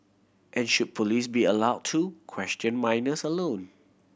and should police be allowed to question minors alone